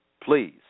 please